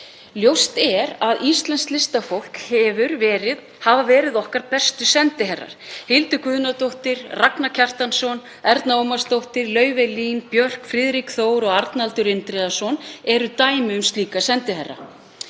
Ljóst er að íslenskt listafólk hefur verið okkar bestu sendiherrar. Hildur Guðnadóttir, Ragnar Kjartansson, Erna Ómarsdóttir, Laufey Lín, Björk, Friðrik Þór og Arnaldur. Indriðason eru dæmi um slíka sendiherra.